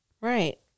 Right